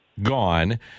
gone